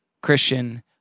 christian